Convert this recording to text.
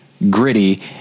gritty